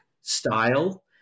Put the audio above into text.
style